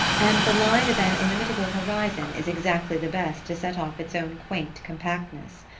and the line of an illimitable horizon is exactly the best to set off its own quaint compactness.